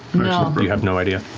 but you have no idea.